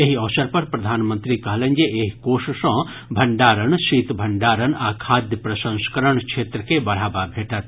एहि अवसर पर प्रधानमंत्री कहलनि जे एहि कोष सँ भण्डारण शीत भण्डार आ खाद्य प्रसंस्करण क्षेत्र के बढ़ावा भेटत